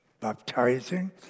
baptizing